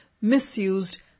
misused